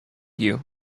you